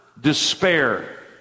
despair